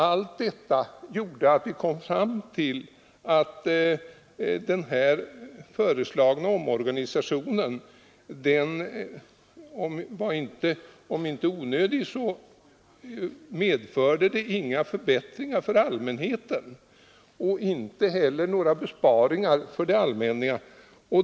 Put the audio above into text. Allt detta gjorde att vi fann att den föreslagna omorganisationen, även om den inte vore direkt onödig, inte skulle medföra vare sig några förbättringar för allmänheten eller några besparingar för det allmänna.